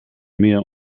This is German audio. mehr